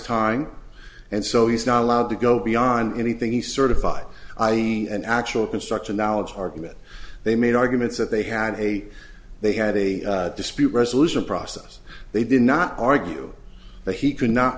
time and so he's not allowed to go beyond anything he certified i e an actual construction knowledge argument they made arguments that they had a they had a dispute resolution process they did not argue that he could not